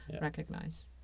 recognize